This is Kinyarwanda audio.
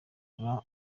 oprah